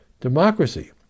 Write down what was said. democracy